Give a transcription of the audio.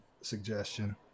suggestion